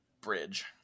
bridge